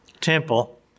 temple